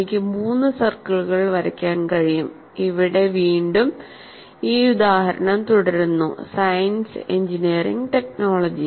എനിക്ക് മൂന്ന് സർക്കിളുകൾ വരക്കാൻ കഴിയും ഇവിടെ വീണ്ടും ഈ ഉദാഹരണം തുടരുന്നു സയൻസ് എഞ്ചിനീയറിംഗ് ടെക്നോളജി